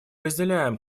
разделяем